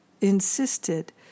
insisted